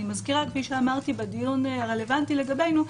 אני מזכירה מה שאמרתי בדיון הרלוונטי לגבינו,